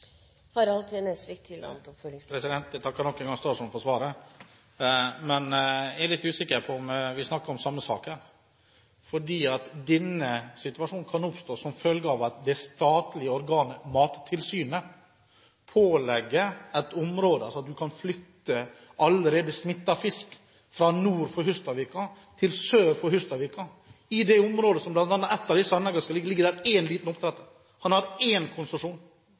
Jeg takker nok en gang statsråden for svaret, men jeg er litt usikker på om vi snakker om samme sak. Denne situasjonen kan oppstå som følge av at det statlige organet Mattilsynet vedtar å flytte allerede smittet fisk fra nord for Hustadvika til sør for Hustadvika. I området hvor ett av disse anleggene skal ligge, er det én liten oppdretter. Han har én konsesjon.